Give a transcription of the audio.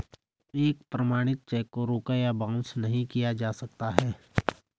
एक प्रमाणित चेक को रोका या बाउंस नहीं किया जा सकता है